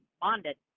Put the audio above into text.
bonded